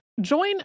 Join